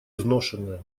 изношенная